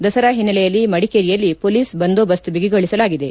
ದಸರಾ ಹಿನ್ವಲೆಯಲ್ಲಿ ಮಡಿಕೇರಿಯಲ್ಲಿ ಪೊಲೀಸ್ ಬಂದೋಬಸ್ತ್ ಬಿಗಿಗೊಳಿಸಲಾಗಿದೆ